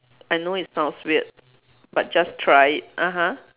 I know it sounds weird but just try it (uh huh)